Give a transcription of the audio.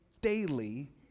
daily